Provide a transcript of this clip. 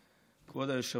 כבוד היושב-ראש,